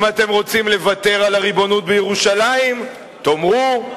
אם אתם רוצים לוותר על הריבונות בירושלים, תאמרו,